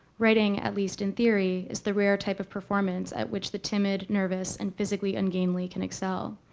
writing at least in theory is the rare type of performance at which the timid, nervous, and physically ungainly can excel.